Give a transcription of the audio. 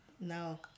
No